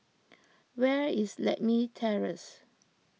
where is Lakme Terrace